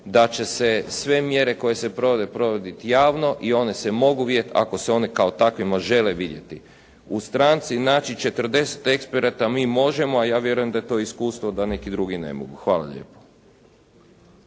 da će se sve mjere koje se provode provodit javno i one se mogu vidjeti ako se one kao takvima žele vidjeti. U stranci naći 40 eksperata mi možemo, a ja vjerujem da je to iskustvo da neki drugi ne mogu. Hvala lijepo.